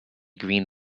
green